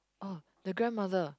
orh the grandmother